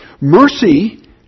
Mercy